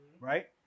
Right